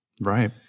Right